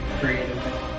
creative